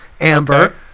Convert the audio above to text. Amber